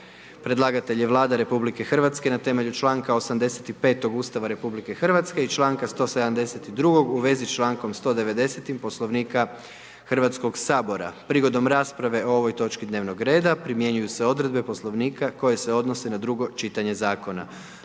Predlagatelj je Vlada RH na temelju članaka 85. Ustava RH i članka 172. u svezi s člankom 190. Poslovnika Hrvatskoga sabora. Prigodom rasprave o ovoj točki dnevnog reda primjenjuju se odredbe Poslovnika koje se odnose na drugo čitanje zakona.